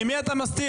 ממי אתה מסתיר?